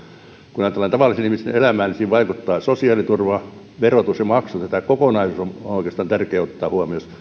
kun ajatellaan tavallisten ihmisten elämää niin siinä vaikuttavat sosiaaliturva verotus ja maksut ja tämä kokonaisuus on oikeastaan tärkeää ottaa huomioon jos